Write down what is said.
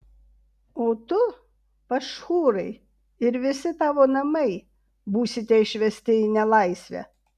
o tu pašhūrai ir visi tavo namai būsite išvesti į nelaisvę